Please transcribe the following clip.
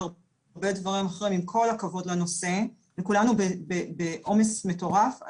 הרבה דברים אחרים עם כל הכבוד לנושא וכולנו בעומס מטורף.